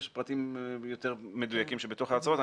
יש פרטים יותר מדויקים בתוך ההצעות,